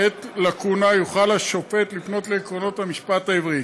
בעת לקונה יוכל השופט לפנות לעקרונות המשפט העברי.